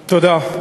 תודה.